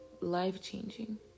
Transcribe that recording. life-changing